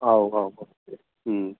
औ औ औ